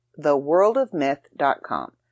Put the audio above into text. TheWorldOfMyth.com